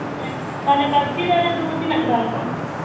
ᱦᱮᱸ ᱛᱟᱦᱚᱞᱮ ᱠᱟᱵᱡᱤ ᱫᱟᱨᱮ ᱫᱚ ᱛᱤᱱᱟᱹᱜ ᱫᱟᱢ ᱠᱟᱱ